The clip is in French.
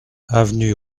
avenue